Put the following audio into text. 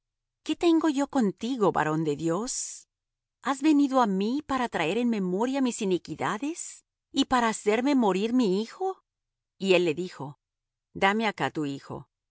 qué tengo yo contigo varón de dios has venido á mí para traer en memoria mis iniquidades y para hacerme morir mi hijo y él le dijo dame acá tu hijo